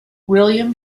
william